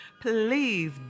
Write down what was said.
please